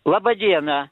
laba diena